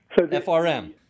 FRM